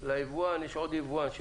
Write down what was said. ליבואן יש עוד יבואן.